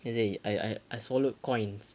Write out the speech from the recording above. then he say I I I swallowed coins